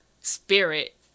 spirit